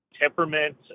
temperament